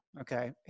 Okay